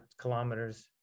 kilometers